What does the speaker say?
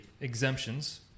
exemptions